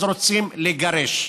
אז רוצים לגרש.